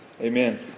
Amen